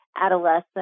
adolescent